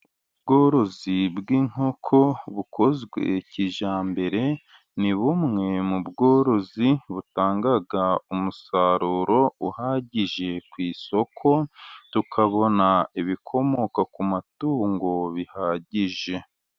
Ubworozi bw'inkoko bukozwe kijyambere ni bumwe mu bworozi butanga umusaruro uhagije ku isoko, tukabona ibikomoka ku matungo bihagije.